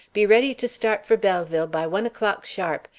be ready to start for belleville by one o'clock sharp.